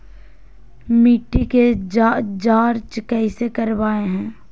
मिट्टी के जांच कैसे करावय है?